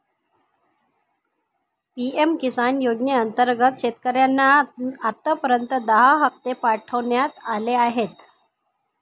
PM Kisan योजनेअंतर्गत शेतकऱ्यांना आतापर्यंत दहा हप्ते पाठवण्यात आले आहेत